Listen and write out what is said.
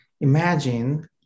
imagine